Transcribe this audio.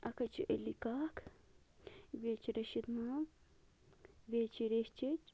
اَکھ حظ چھ علی کاک بیٚیہِ چھ رشیٖد مام بیٚیہِ چھ ریٚش چیٚچہِ